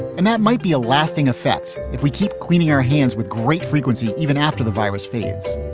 and that might be a lasting effects if we keep cleaning our hands with great frequency even after the virus feeds